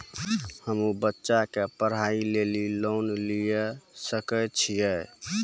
हम्मे बच्चा के पढ़ाई लेली लोन लिये सकय छियै?